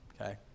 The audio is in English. okay